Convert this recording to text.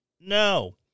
No